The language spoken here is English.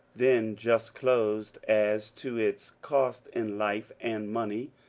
then just closed, as to its cost in life and money,